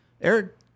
Eric